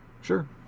Sure